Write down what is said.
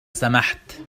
سمحت